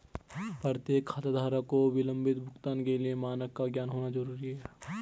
प्रत्येक खाताधारक को विलंबित भुगतान के लिए मानक का ज्ञान होना जरूरी है